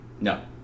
No